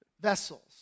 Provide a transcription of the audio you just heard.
vessels